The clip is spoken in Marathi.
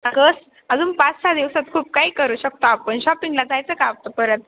अगं अजून पाच सहा दिवसात खूप काही करू शकतो आपण शॉपिंगला जायचं का आता परत